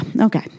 Okay